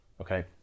okay